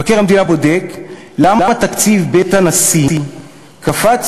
מבקר המדינה בודק למה תקציב בית הנשיא קפץ,